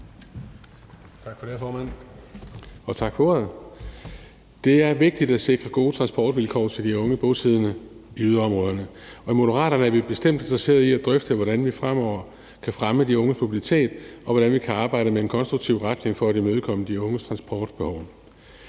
Det er vigtigt at sikre gode transportvilkår for de unge bosiddende i yderområderne, og i Moderaterne er vi bestemt interesseret i at drøfte, hvordan vi fremover kan fremme de unges mobilitet, og hvordan vi kan arbejde konstruktivt for at imødekomme de unges transportbehov.